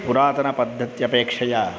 पुरातनपद्धत्यपेक्षया